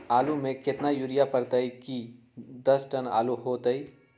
आलु म केतना यूरिया परतई की दस टन आलु होतई?